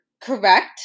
correct